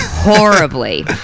Horribly